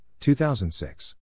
2006